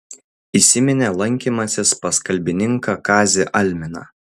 įsiminė lankymasis pas kalbininką kazį alminą